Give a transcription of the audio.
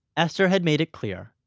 esther had made it clear.